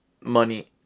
money